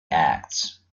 acts